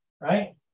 right